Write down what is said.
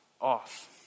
off